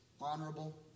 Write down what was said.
honorable